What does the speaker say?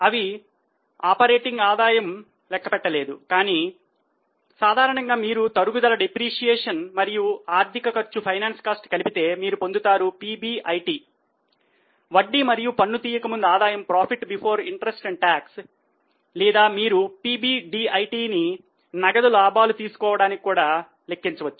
అవి ఆపరేటింగ్ ఆదాయము లెక్క పెట్టలేదు కానీ సాధారణంగా మీరు తరుగుదల లేదా మీరు PBDITని నగదు లాభాలు తెలుసుకోవడానికి కూడా లెక్కించవచ్చు